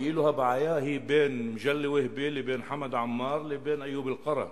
כאילו הבעיה היא בין מגלי והבה לבין חמד עמאר לבין איוב קרא.